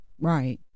Right